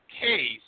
case